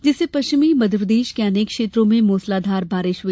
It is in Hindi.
जिससे पश्चिमी मध्यप्रदेश के अनेक क्षेत्रों में मुसलाधार बारिश हुई